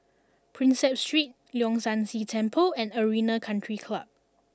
Prinsep Street Leong San See Temple and Arena Country Club